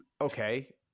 okay